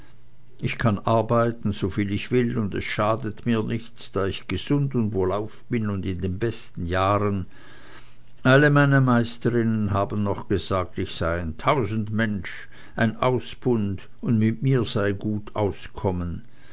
ich kann arbeiten soviel ich will und es schadet mir nichts da ich gesund und wohlauf bin und in den besten jahren alle meine meisterinnen haben noch gesagt ich sei ein tausendsmensch ein ausbund und mit mir sei gut auskommen